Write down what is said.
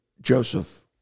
Joseph